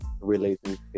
relationship